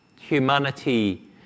Humanity